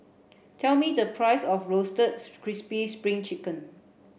tell me the price of roasted crispy spring chicken